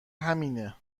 همینه